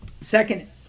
second